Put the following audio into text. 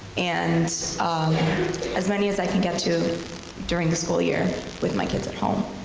and as many as i can get to during the school year with my kids at home.